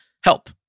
Help